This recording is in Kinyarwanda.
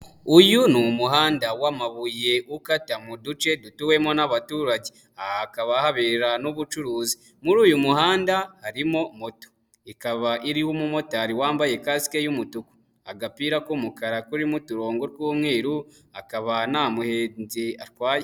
Uyu ni umuhanda w'amabuye ukata mu duce dutuwemo n'abaturage, aha hakaba habera n'ubucuruzi. Muri uyu muhanda harimo moto, ikaba iriho umumotari wambaye kasike y'umutuku, agapira k'umukara karimo uturongo tw'umweru akaba nta muntu atwaye.